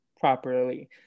properly